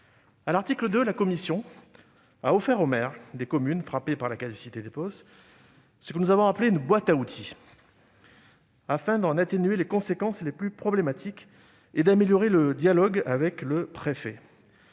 à l'article 2, la commission a offert aux maires des communes frappées par la caducité des POS ce que nous avons appelé une « boîte à outils », afin d'en atténuer les conséquences les plus problématiques et d'améliorer le dialogue avec le préfet.